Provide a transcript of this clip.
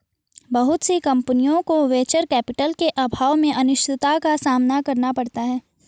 बहुत सी कम्पनियों को वेंचर कैपिटल के अभाव में अनिश्चितता का सामना करना पड़ता है